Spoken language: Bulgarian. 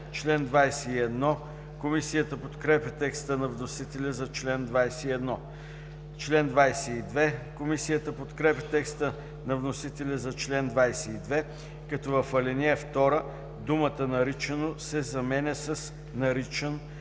чл. 20. Комисията подкрепя текста на вносителя за чл. 21. Комисията подкрепя текста на вносителя за чл. 22, като в ал. 2 думата „наричано“ се заменя с „наричан“,